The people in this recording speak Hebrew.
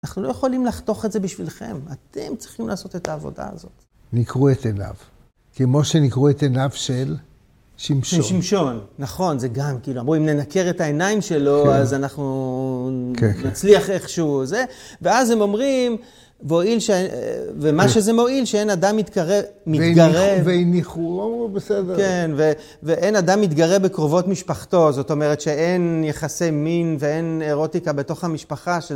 אנחנו לא יכולים לחתוך את זה בשבילכם. אתם צריכים לעשות את העבודה הזאת. ניקרו את עיניו. כמו שניקרו את עיניו של שמשון. נכון, זה גם, כאילו, אמרו אם ננקר את העיניים שלו, אז אנחנו נצליח איכשהו. ואז הם אומרים, ומה שזה מועיל, שאין אדם מתקרב, מתגרב. ואין ניחורו, בסדר. ואין אדם מתגרב בקרובות משפחתו. זאת אומרת שאין יחסי מין, ואין אירוטיקה בתוך המשפחה.